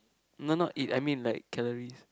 not not eat I mean like calories